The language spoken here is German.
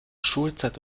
schulzeit